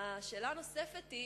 השאלה הנוספת היא,